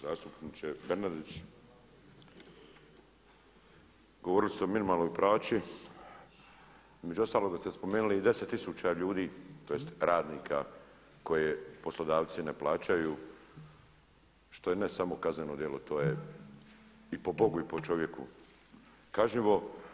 Zastupniče Bernardić, govorili ste o minimalnoj plaći, između ostaloga ste spomenuli i 10 tisuća ljudi, tj. radnika koje poslodavci ne plaćaju što je ne samo kazneno djelo, to je i po Bogu i po čovjeku kažnjivo.